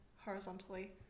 horizontally